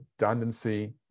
redundancy